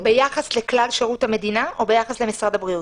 ביחס לכלל שירות המדינה או ביחס למשרד הבריאות?